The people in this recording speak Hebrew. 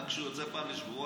גם כשהוא יוצא פעם בשבועיים,